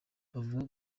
bavuga